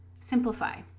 Simplify